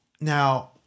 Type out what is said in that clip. Now